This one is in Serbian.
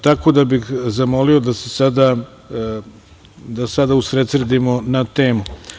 Tako da bih zamolio da se sada usredsredimo na temu.